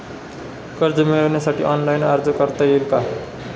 कर्ज मिळविण्यासाठी ऑनलाइन अर्ज करता येईल का?